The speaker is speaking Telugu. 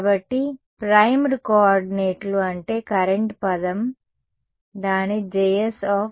కాబట్టి ప్రైమ్డ్ కోఆర్డినేట్లు అంటే కరెంట్ పదం దాని Jsr′